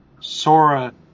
Sora